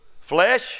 flesh